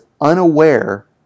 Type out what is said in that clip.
unaware